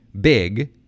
big